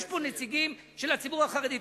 יש פה נציגים של הציבור החרדי.